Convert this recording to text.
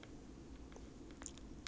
去年 leh 有没有